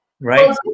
Right